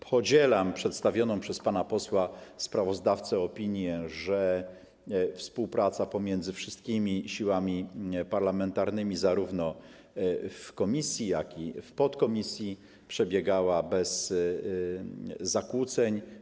Podzielam przedstawioną przez pana posła sprawozdawcę opinię, że współpraca pomiędzy wszystkimi siłami parlamentarnymi zarówno w komisji, jak i w podkomisji przebiegała bez zakłóceń.